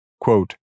Quote